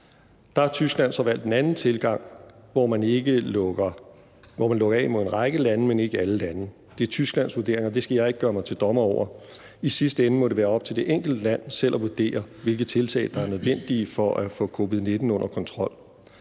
Der har Tyskland så valgt en anden tilgang, hvor man lukker af mod en række lande, men ikke alle lande. Det er Tysklands vurdering, og det skal jeg ikke gøre mig til dommer over. I sidste ende må det være op til det enkelte land selv at vurdere, hvilke tiltag der er nødvendige for at få covid-19 under kontrol.